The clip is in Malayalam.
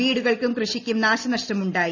വീടുകൾക്കും കൃഷിയ്ക്കും നാശനഷ്ടമു ായി